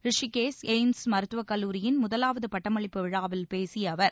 Rishikesh AIIMS மருத்துவக் கல்லூரியின் முதலாவது பட்டமளிப்பு விழாவில் பேசிய அவர்